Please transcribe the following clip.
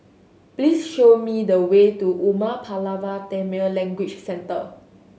please show me the way to Umar Pulavar Tamil Language Centre